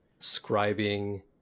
scribing